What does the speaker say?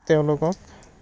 তেওঁলোকক